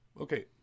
Okay